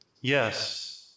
Yes